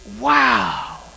Wow